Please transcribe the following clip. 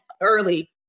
early